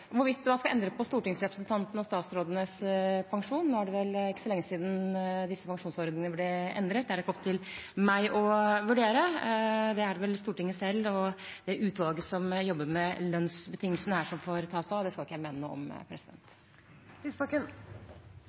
Hvorvidt man skal endre på stortingsrepresentantenes og statsrådenes pensjon – nå er det vel ikke så lenge siden disse pensjonsordningene ble endret – er det ikke opp til meg å vurdere. Det er det vel Stortinget selv og det utvalget som jobber med lønnsbetingelsene her, som får ta seg av – det skal ikke jeg mene noe om. Audun Lysbakken